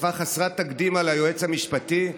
התקפה חסרת תקדים על היועץ המשפטי,